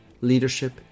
leadership